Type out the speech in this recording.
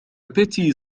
بتي